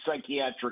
psychiatric